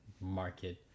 market